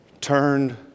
turned